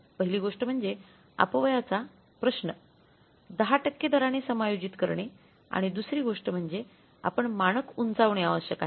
पहिली गोष्ट म्हणजे अपव्यययाचा प्रश्न १० टक्के दराने समायोजित करणे आणि दुसरी गोष्ट म्हणजे आपण मानक उंचावणे आवश्यक आहे